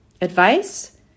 Advice